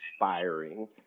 inspiring